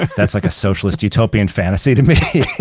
that's like a socialist utopian fantasy to me.